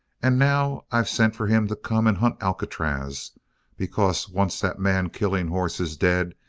and now i've sent for him to come and hunt alcatraz because once that man-killing horse is dead,